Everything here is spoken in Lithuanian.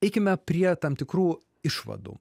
eikime prie tam tikrų išvadų